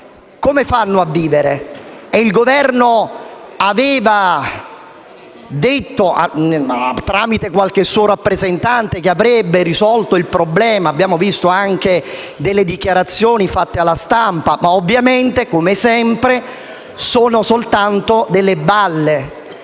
persone a vivere oggi? Il Governo aveva detto, tramite qualche suo rappresentante, che avrebbe risolto il problema - abbiamo letto anche dichiarazioni rilasciate alla stampa - ma ovviamente, come sempre, sono soltanto balle.